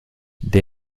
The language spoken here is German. der